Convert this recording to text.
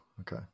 Okay